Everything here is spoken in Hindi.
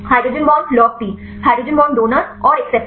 hydrogen bond log P hydrogen bond donor और एक्सेप्टर